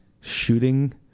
shooting